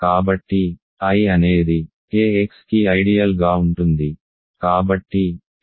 కాబట్టి I అనేది K x కి ఐడియల్ గా ఉంటుంది